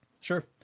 sure